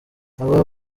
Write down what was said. abo